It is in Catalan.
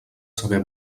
saber